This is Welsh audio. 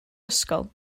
ysgol